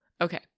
Okay